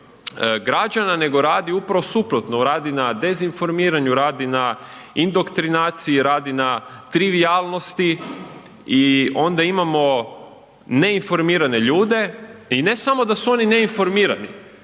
građana nego radi upravo suprotno, radi na dezinformiranju, radi na indoktrinaciji, radi na trivijalnosti i onda imamo neinformirane ljude i ne samo da su oni neinformirani